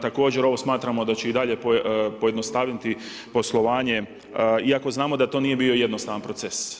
Također ovo smatramo da će i dalje pojednostaviti poslovanje iako znamo da to nije bio jednostavan proces.